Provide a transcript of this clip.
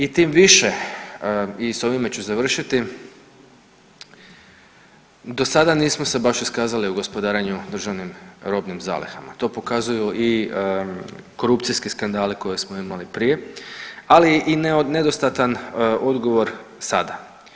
I tim više i s ovime su završiti, do sada nismo se baš iskazali u gospodarenju državnim robnim zalihama, to pokazuju i korupcijski skandali koje smo imali prije, ali i nedostatan odgovor sada.